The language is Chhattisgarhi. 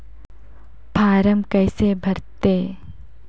फारम कइसे भरते?